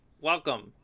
welcome